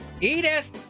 Edith